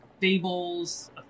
Fables